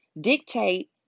dictate